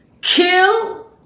kill